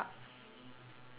ya ya okay